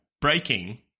breaking